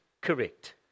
correct